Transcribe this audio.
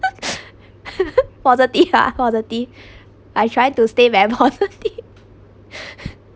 positive ah positive I try to stay very positive